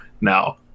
now